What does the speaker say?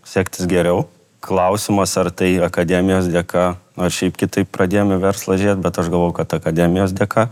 sektis geriau klausimas ar tai akademijos dėka ar šiaip kitaip pradėjom į verslą žiūrėti bet aš galvoju kad akademijos dėka